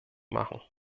machen